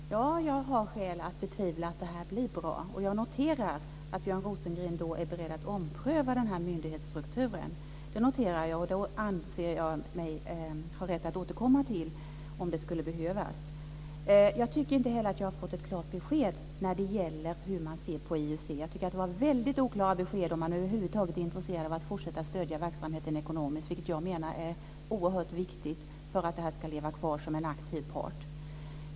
Fru talman! Jag har skäl att betvivla att detta blir bra. Jag noterar att Björn Rosengren i så fall är beredd att ompröva den här myndighetsstrukturen. Då anser jag mig ha rätt att återkomma i frågan. Jag tycker inte heller att jag har fått ett klart besked när det gäller hur man ser på IUC. Det var väldigt oklara besked om man över huvud taget är intresserad av att fortsätta att stödja verksamheten ekonomiskt, vilket är oerhört viktigt för att leva kvar som en aktiv part.